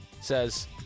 says